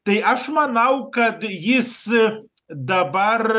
tai aš manau kad jis dabar